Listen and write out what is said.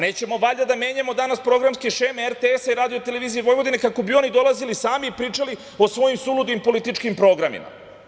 Nećemo valjda da menjamo danas programske šeme RTS i RTV kako bi on dolazili sami i pričali o svojim suludim političkim programima.